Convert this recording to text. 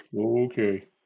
Okay